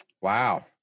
wow